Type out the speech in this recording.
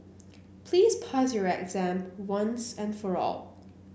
please pass your exam once and for all